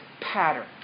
pattern